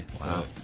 Wow